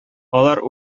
алар